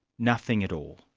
nothing at all.